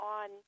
on